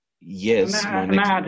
yes